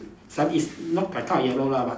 slightly is not that kind of yellow lah but